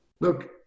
Look